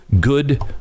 good